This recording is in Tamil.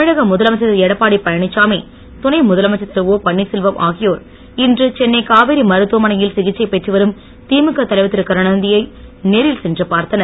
தமிழக முதலமைச்சர் திருஎடப்பாடியழனிச்சாமி துணை முதலமைச்சர் திருடபன்னீர்செல்வம் ஆகியோர் இன்று சென்னை காவேரி மருத்துவமனையில் சிகிச்சை பெற்றுவரும் திழுக தலைவர் திருகருணாநிதி யை நேரில் சென்று பார்த்தனர்